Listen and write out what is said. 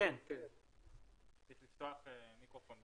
(לא שומעים בזום).